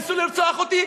ניסו לרצוח אותי,